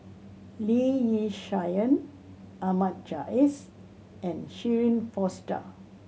Lee Yi Shyan Ahmad Jais and Shirin Fozdar